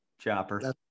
chopper